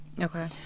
Okay